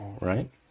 right